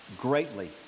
greatly